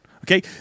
Okay